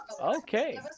Okay